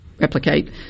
replicate